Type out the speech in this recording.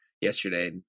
yesterday